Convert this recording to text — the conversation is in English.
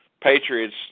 Patriots